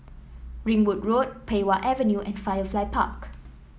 Ringwood Road Pei Wah Avenue and Firefly Park